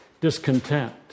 discontent